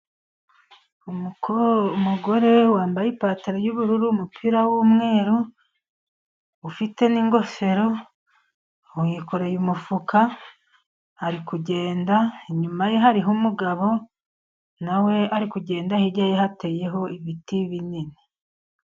Umugore wambaye ipantaro y'ubururu n'umupira w'umweru, ufite n'ingofero aho yikoreye umufuka, ari kugenda. Inyuma ye hariho umugabo na we ari kugenda hirya ye hateyeho ibiti binini.